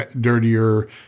dirtier